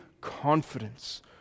confidence